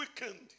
weakened